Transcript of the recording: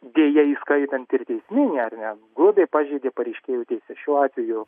deja įskaitant ir teisminį ar ne grubiai pažeidė pareiškėjo teises šiuo atveju